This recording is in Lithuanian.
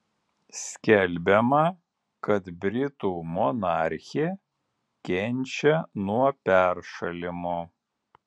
skelbiama kad britų monarchė kenčia nuo peršalimo